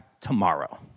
tomorrow